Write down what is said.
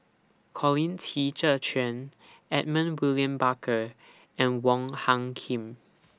Colin Qi Zhe Quan Edmund William Barker and Wong Hung Khim